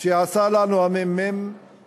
שחיבר לנו הממ"מ,